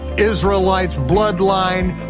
israelites, bloodline,